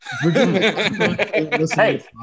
hey